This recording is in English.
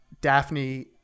Daphne